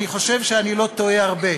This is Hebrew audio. אני חושב שאני לא טועה הרבה,